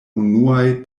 unuaj